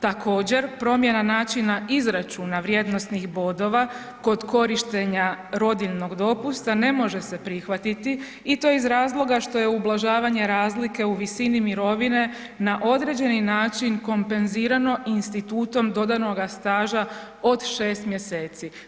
Također promjena načina izračuna vrijednosnih bodova kod korištenja rodiljnog dopusta ne može se prihvatiti i to iz razloga što je ublažavanje razlike u visini mirovine na određeni način kompenzirano institutom dodanoga staža od 6 mjeseci.